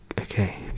okay